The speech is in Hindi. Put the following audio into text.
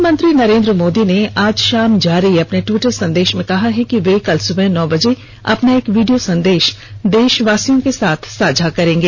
प्रधानमंत्री नरेंद्र मोदी ने आज शाम जारी अपने ट्विटर संदेष में कहा है कि वे कल सुबह नौ बजे अपना एक वीडियो संदेष देषवासियों के साथ साझा करेंगे